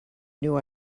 new